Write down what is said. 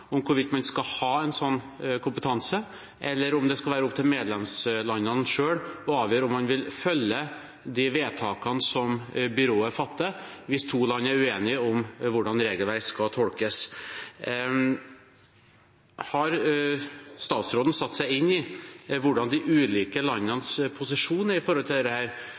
om det skal være opp til medlemslandene selv å avgjøre om man vil følge de vedtakene som byrået fatter, hvis to land er uenige om hvordan et regelverk skal tolkes. Har statsråden satt seg inn i de ulike landenes posisjoner i forhold til dette,